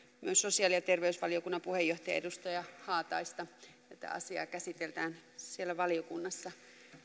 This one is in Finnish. myös sosiaali ja terveysvaliokunnan puheenjohtajaa edustaja haataista tätä asiaa käsitellään siellä valiokunnassa